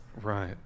Right